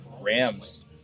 Rams